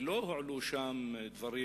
ולא הועלו שם דברים